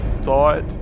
thought